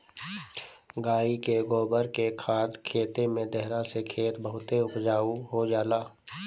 गाई के गोबर के खाद खेते में देहला से खेत बहुते उपजाऊ हो जाला